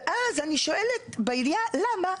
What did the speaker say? אני שואלת בעירייה למה,